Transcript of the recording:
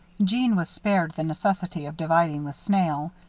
jeanne was spared the necessity of dividing the snail.